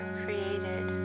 created